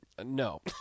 No